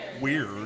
weird